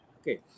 Okay